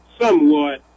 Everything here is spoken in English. somewhat